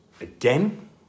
Again